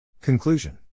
Conclusion